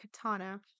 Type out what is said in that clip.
katana